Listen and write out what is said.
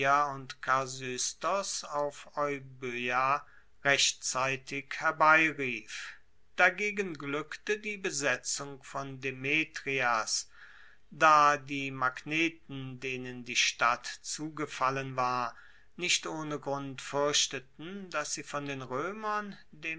und karystos auf euboea rechtzeitig herbeirief dagegen glueckte die besetzung von demetrias da die magneten denen die stadt zugefallen war nicht ohne grund fuerchteten dass sie von den roemern